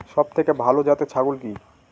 সবথেকে ভালো জাতের ছাগল কি?